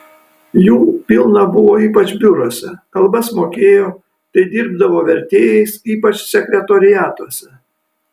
jų pilna buvo ypač biuruose kalbas mokėjo tai dirbdavo vertėjais ypač sekretoriatuose